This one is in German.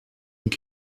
geht